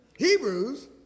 Hebrews